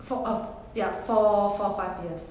fou~ uh ya four four five years